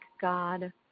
God